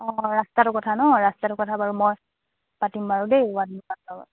অঁ ৰাস্তাটো কথা ন ৰাস্তাটো কথা বাৰু মই পাতিম বাৰু দেই ৱাৰ্ড মেম্বাৰৰ লগত